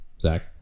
zach